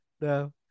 No